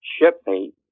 shipmate